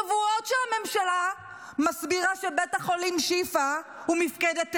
שבועות שהממשלה מסבירה שבית החולים שיפא הוא מפקדת טרור,